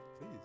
Please